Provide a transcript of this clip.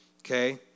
Okay